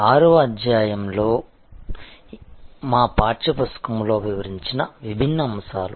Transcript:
6 వ అధ్యాయంలో మా పాఠ్య పుస్తకం లో వివరించిన విభిన్న అంశాలు